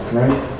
right